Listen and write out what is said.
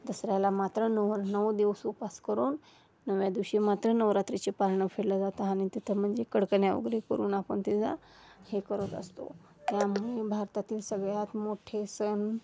दसऱ्याला मात्र नवर नऊ दिवस उपास करून नवव्या दिवशी मात्र नवरात्रीची पाळणं फिरलं जातं आणि तिथं म्हणजे कडकन्या वगैरे करून आपण तिचा हे करत असतो त्यामुळे भारतातील सगळ्यात मोठे सण